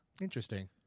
interesting